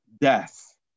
death